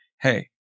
Hey